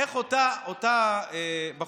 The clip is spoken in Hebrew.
איך אותה בחורה,